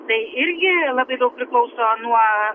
tai irgi labai daug priklauso nuo